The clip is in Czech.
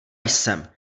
jsem